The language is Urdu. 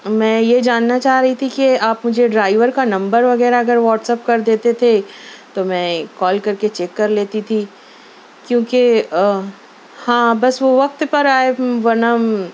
میں یہ جاننا چاہ رہی تھی کہ آپ مجھے ڈرائیور کا نمبر وغیرہ اگر واٹسایپ کر دیتے تھے تو میں کال کر کے چیک لیتی تھی کیونکہ ہاں بس وہ وقت پر آئے ورنہ